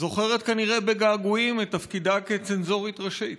זוכרת כנראה בגעגועים את תפקידה כצנזורית ראשית.